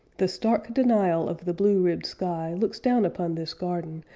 the stark denial of the blue-ribbed sky looks down upon this garden,